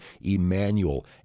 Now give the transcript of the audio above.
Emmanuel